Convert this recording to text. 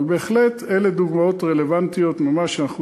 אבל בהחלט אלה דוגמאות רלוונטיות ממש שאנחנו